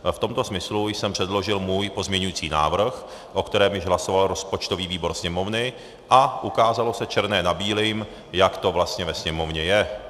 V tomto smyslu jsem předložil pozměňovací návrh, o kterém již hlasoval rozpočtový výbor Sněmovny, a ukázalo se černé na bílém, jak to vlastně ve Sněmovně je.